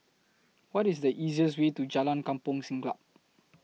What IS The easiest Way to Jalan Kampong Siglap